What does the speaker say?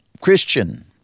Christian